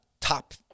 top